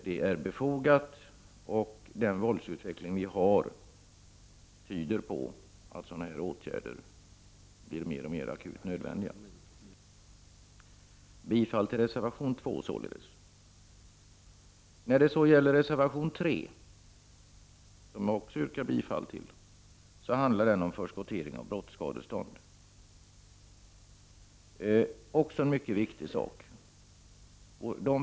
Det är befogat, och den våldsutveckling vi har tyder på att sådana här åtgärder blir mer och mer akut nödvändiga. Jag yrkar således bifall till reservation 2. Reservation 3, som jag också yrkar bifall till, handlar om förskottering av brottsskadestånd. Det är också en mycket viktig sak.